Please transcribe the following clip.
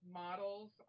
models